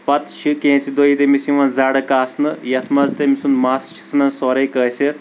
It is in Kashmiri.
پتہٕ چھِ کینٛژِ دُہۍ تٔمِس یِوان زرٕ کاسنٛہٕ یتھ منٛز تٔمۍ سُنٛد مس چھِ ژھنان سورٕے کٲسِتھ